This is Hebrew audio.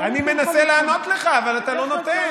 אני מנסה לענות לך אבל אתה לא נותן.